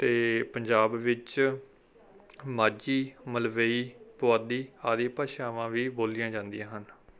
ਅਤੇ ਪੰਜਾਬ ਵਿੱਚ ਮਾਝੀ ਮਲਵਈ ਪੁਆਧੀ ਆਦਿ ਭਾਸ਼ਾਵਾਂ ਵੀ ਬੋਲੀਆਂ ਜਾਂਦੀਆਂ ਹਨ